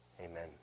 Amen